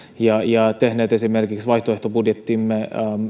ja ja tehneet esimerkiksi vaihtoehtobudjettiimme